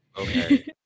Okay